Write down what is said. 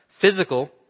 physical